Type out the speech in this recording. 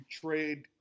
trade –